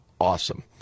awesome